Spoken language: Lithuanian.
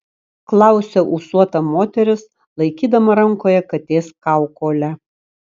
klausia ūsuota moteris laikydama rankoje katės kaukolę